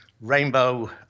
rainbow